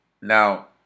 Now